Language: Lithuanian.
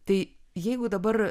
tai jeigu dabar